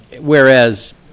whereas